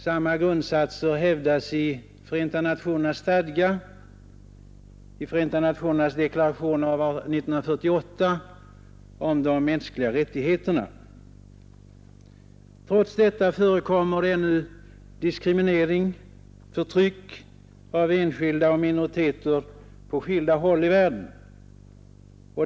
Samma grundsatser hävdas i FN-stadgan och FN:s deklaration av 1948 om de mänskliga rättigheterna. Men trots detta förekommer ännu diskriminering och förtryck av enskilda och minoriteter på skilda håll i världen.